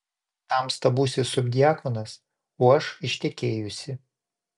tamsta būsi subdiakonas o aš ištekėjusi